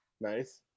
Nice